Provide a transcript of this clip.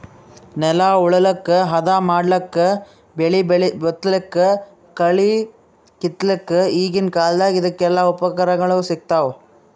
ನೆಲ ಉಳಲಕ್ಕ್ ಹದಾ ಮಾಡಕ್ಕಾ ಬೆಳಿ ಬಿತ್ತಲಕ್ಕ್ ಕಳಿ ಕಿತ್ತಲಕ್ಕ್ ಈಗಿನ್ ಕಾಲ್ದಗ್ ಇದಕೆಲ್ಲಾ ಉಪಕರಣಗೊಳ್ ಸಿಗ್ತಾವ್